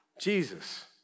Jesus